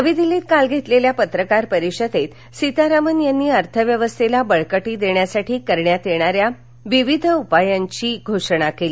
नवी दिल्लीत काल घेतलेल्या पत्रकार परिषदेत सीतारामन यांनी अर्थव्यवस्थेला बळकटी देण्यासाठी करण्यात येणाऱ्या विविध उपाय योजनांची घोषणा केली